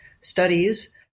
studies